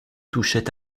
touchait